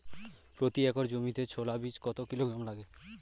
প্রতি একর জমিতে ছোলা বীজ কত কিলোগ্রাম লাগে?